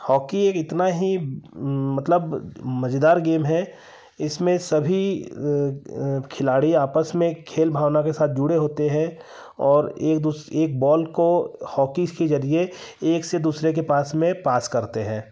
hockey एक इतना ही मतलब मज़ेदार गेम है इसमें सभी खिलाड़ी आपस में खेल भावना के साथ जुड़े होते हैं और एक दूस एक बॉल को हॉकी के जरिए एक से दूसरे के पास में पास करते हैं